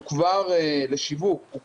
הוא כבר בעייתי.